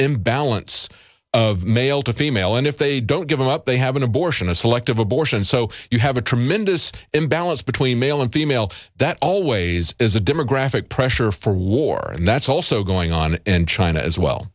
imbalance of male to female and if they don't give up they have an abortion a selective abortion so you have a tremendous imbalance between male and female that always is a demographic pressure for war and that's also going on in china as well